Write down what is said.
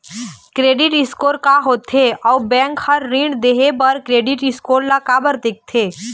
Credit score का होथे अउ बैंक हर ऋण देहे बार क्रेडिट स्कोर ला काबर देखते?